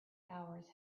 hours